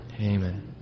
Amen